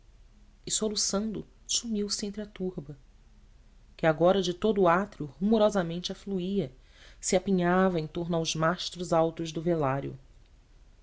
e soluçando sumiu-se entre a turba que agora de todo o átrio rumorosamente afluía se apinhava em torno aos mastros altos do velário